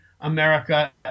America